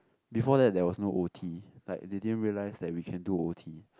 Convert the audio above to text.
before that there was no o_t like they didn't realise that we can do o_t